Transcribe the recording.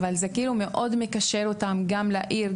אבל זה כאילו מאוד מקשר אותם גם לעיר,